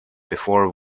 before